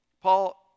Paul